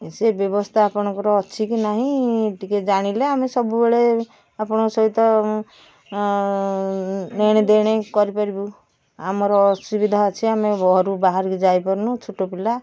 ସେ ବ୍ୟବସ୍ଥା ଆପଣଙ୍କର ଅଛି କି ନାହିଁ ଟିକେ ଜାଣିଲେ ଆମେ ସବୁବେଳେ ଆପଣଙ୍କ ସହିତ ନେଣେଦେଣେ କରିପାରିବୁ ଆମର ଅସୁବିଧା ଅଛି ଘରୁ ବାହରିକି ଯାଇ ପାରୁନୁ ଛୋଟ ପିଲା